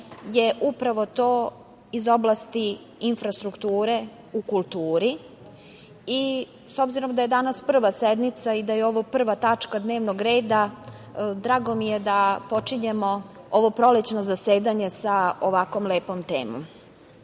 je upravo to iz oblasti infrastrukture u kulturi. S obzirom da je danas prva sednica i da je ovo 1. tačka dnevnog reda, drago mi je da počinjemo ovo prolećno zasedanje sa ovako lepom temom. Kao